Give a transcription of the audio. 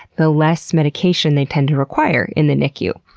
the less medication they tend to require in the nicu.